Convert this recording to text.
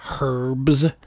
herbs